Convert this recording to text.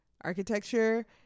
architecture